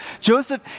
Joseph